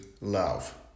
love